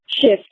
Shift